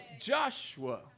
Joshua